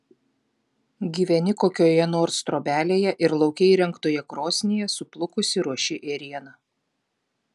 gyveni kokioje nors trobelėje ir lauke įrengtoje krosnyje suplukusi ruoši ėrieną